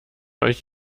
euch